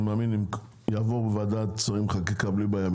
אני מאמין יעבור וועדת שרים וחקיקה בלי בעיה,